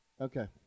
Okay